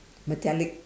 metallic